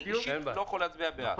אני אישית לא יכול להצביע בעד.